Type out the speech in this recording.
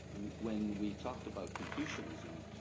when we talked about confucianism,